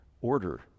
order